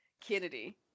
Kennedy